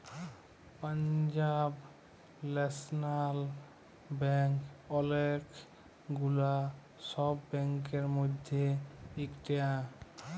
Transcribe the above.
Punjab national bank ওলেক গুলা সব ব্যাংকের মধ্যে ইকটা